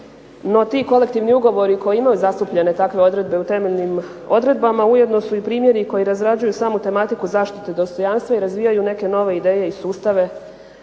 no ti kolektivni ugovori koji imaju zastupljene takve odredbe u temeljnim odredbama ujedno su i primjeri koji razrađuju samu tematiku zaštite dostojanstva i razvijaju neke nove ideje i sustave